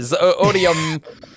Odium